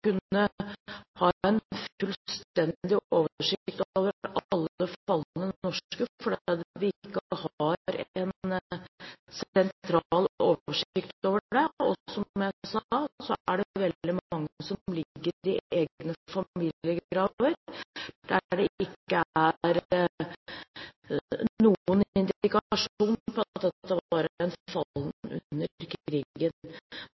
vi ikke har en sentral oversikt over det. Som jeg sa, er det veldig mange som ligger i egne familiegraver, der det ikke er gitt noen indikasjon på at dette var en